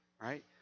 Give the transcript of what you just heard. Right